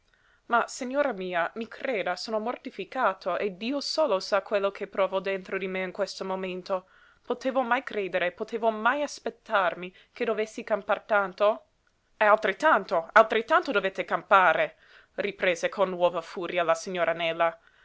ma signora mia mi creda sono mortificato e dio solo sa quello che provo dentro di me in questo momento potevo mai credere potevo mai aspettarmi che dovessi campar tanto e altrettanto altrettanto dovete campare riprese con nuova furia la signora nela